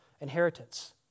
inheritance